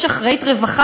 יש אחראית רווחה